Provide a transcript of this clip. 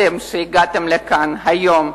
אתם שהגעתם לכאן היום,